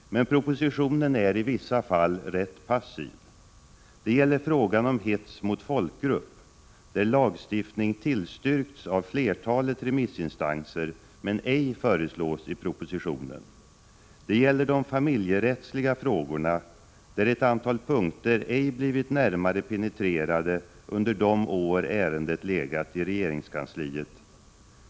Men propositionen är i vissa fall rätt passiv. Det gäller frågan om hets mot folkgrupp, där lagstiftning tillstyrkts av flertalet remissinstanser men ej föreslås i propositionen. Det gäller de familjerättsliga frågorna, där ett antal punkter ej blivit närmare penetrerade under de år ärendet legat i regeringskansliet.